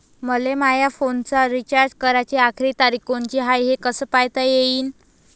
मले माया फोनचा रिचार्ज कराची आखरी तारीख कोनची हाय, हे कस पायता येईन?